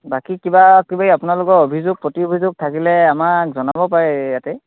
বাকী কিবাকিবি আপোনালোকৰ অভিযোগ প্ৰতি অভিযোগ থাকিলে আমাক জনাব পাৰে এই ইয়াতে